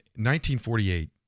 1948